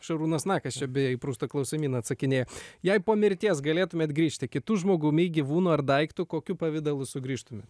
šarūnas nakas čia beje į prusto klausimyną atsakinėja jei po mirties galėtumėt grįžti kitu žmogumi gyvūnu ar daiktu kokiu pavidalu sugrįžtumėt